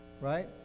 Right